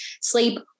sleep